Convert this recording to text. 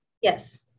Yes